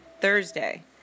Thursday